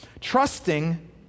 trusting